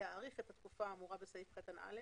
להאריך את התקופה האמורה בסעיף קטן (א)